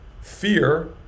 Fear